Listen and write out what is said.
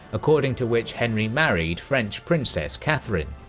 according to which henry married french princess catherine.